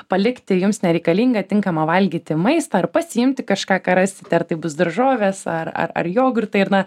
palikti jums nereikalingą tinkamą valgyti maistą ar pasiimti kažką ką rasite ar tai bus daržoves ar ar ar jogurtą ir na